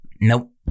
Nope